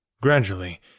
gradually